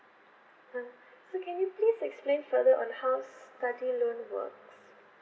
uh so can you please explain further on how study loan works